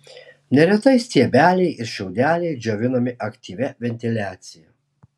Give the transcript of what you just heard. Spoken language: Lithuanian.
neretai stiebeliai ir šiaudeliai džiovinami aktyvia ventiliacija